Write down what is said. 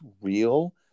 real